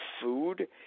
food